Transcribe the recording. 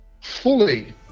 fully